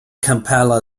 kampala